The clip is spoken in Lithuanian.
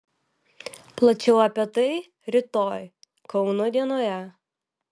plačiau apie tai rytoj kauno dienoje